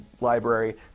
library